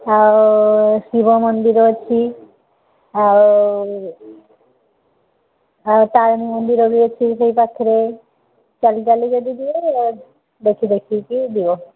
ଆଉ ଶିବ ମନ୍ଦିର ଅଛି ଆଉ ଆଉ ତାରିଣୀ ମନ୍ଦିର ବି ଅଛି ସେଇ ପାଖରେ ଚାଲି ଚାଲି ଯଦି ଯିବ ଦେଖି ଦେଖିକି ଯିବ